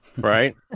Right